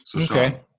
Okay